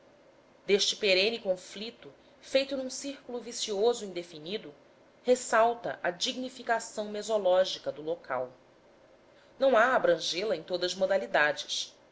deste perene conflito feito num círculo vicioso indefinido ressalta a significação mesológica do local não há abrangê la em todas as modalidades